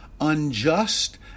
unjust